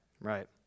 Right